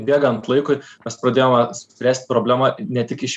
bėgant laikui mes pradėjome spręst problemą ne tik iš